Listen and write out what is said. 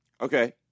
Okay